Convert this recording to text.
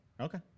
Okay